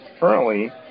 currently